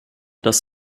das